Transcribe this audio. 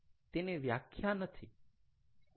તેને વ્યાખ્યા નથી